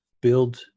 build